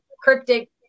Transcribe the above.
cryptic